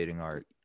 Art